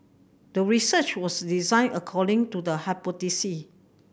the research was designed according to the hypothesis